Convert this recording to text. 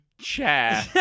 chair